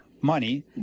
money